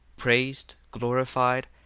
praised, glorified,